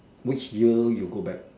which year you go back